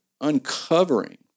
uncovering